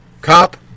Cop